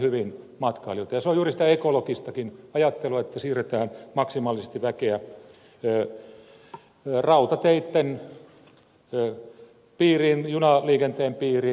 se on juuri sitä ekologistakin ajattelua että siirretään maksimaalisesti väkeä rautateitten piiriin junaliikenteen piiriin